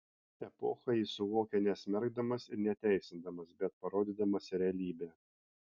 epochą jis suvokia nesmerkdamas ir neteisindamas bet parodydamas realybę